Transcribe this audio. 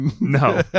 No